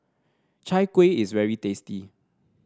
Chai Kuih is very tasty